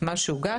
מה שהוגש.